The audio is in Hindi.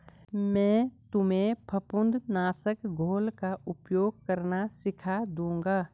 मैं तुम्हें फफूंद नाशक घोल का उपयोग करना सिखा दूंगा